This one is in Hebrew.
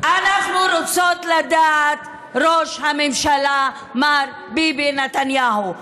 אנחנו רוצות לדעת, ראש הממשלה מר ביבי נתניהו: